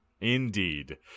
Indeed